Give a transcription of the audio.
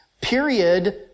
period